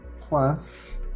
plus